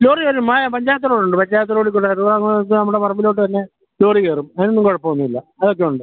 lorry വരും ആ panchayat road ഉണ്ട് പഞ്ചായത്ത് റോഡിൽ കൂടെ നമ്മുടെ പറമ്പിലോട്ട് തന്നെ ലോറി കയറും അതിനൊന്നും കുഴപ്പം ഒന്നുമില്ല അതൊക്കെ ഉണ്ട്